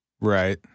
Right